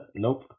Nope